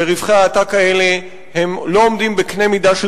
ורווחי העתק האלה לא עומדים בקנה-מידה של